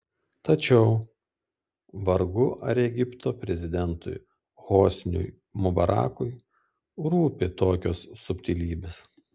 tačiau vargu ar egipto prezidentui hosniui mubarakui rūpi tokios subtilybės